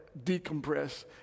decompress